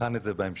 נבחן את זה בהמשך.